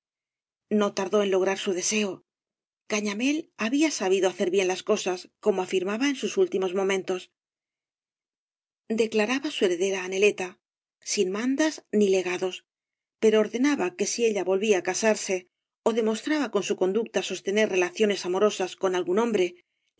no tardó en lograr su deseo cañamél había sabido hacer bien las cosas como afirmaba en sus últimos momentos declaraba su heredera á neleta sin mandas ni legados pero ordenaba que si ella volvía á casarse ó demostraba con eu conducta sostener relaciones amorosas con algún hombre